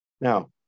Now